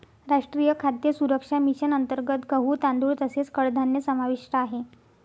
राष्ट्रीय खाद्य सुरक्षा मिशन अंतर्गत गहू, तांदूळ तसेच कडधान्य समाविष्ट आहे